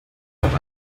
auch